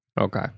Okay